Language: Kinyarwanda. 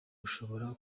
ashobora